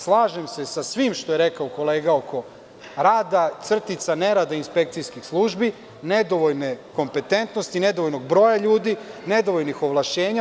Slažem sa svim što je rekao kolega oko rada – nerada inspekcijskih službi, nedovoljne kompetentnosti, nedovoljnog broja ljudi, nedovoljnih ovlašćenja.